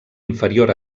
inferior